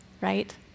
right